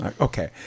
Okay